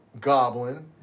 Goblin